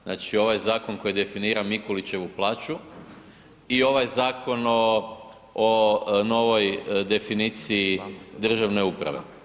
Znači ovaj zakon koji definira Mikuličevu plaću i ovaj zakon o novoj definiciji državne uprave.